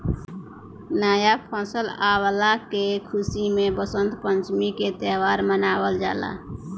नया फसल अवला के खुशी में वसंत पंचमी के त्यौहार मनावल जाला